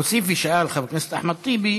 הוסיף ושאל חבר הכנסת אחמד טיבי